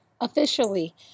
officially